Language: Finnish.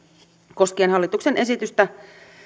koskien hallituksen esitystä